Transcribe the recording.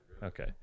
Okay